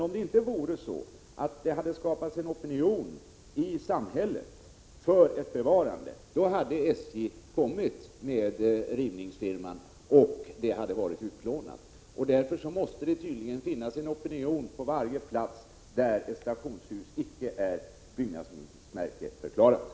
Om det inte hade skapats en opinion i samhället för ett bevarande, hade SJ kallat på rivningsfirman och stationshuset hade varit utplånat. Det måste tydligen finnas en opinion på varje plats som har ett stationshus som icke förklarats som byggnadsminnesmärke.